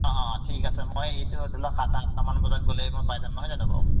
অঁ অঁ ঠিক আছে মই এইটো ধৰি লওক সাতটা আঠটামান বজাত গ'লেই মই পাই যাম নহয় জানো বাৰু